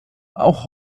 auch